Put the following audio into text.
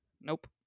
Nope